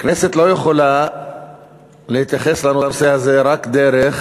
הכנסת לא יכולה להתייחס לנושא הזה רק דרך